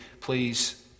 please